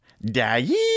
Daddy